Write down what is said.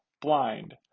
blind